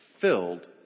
filled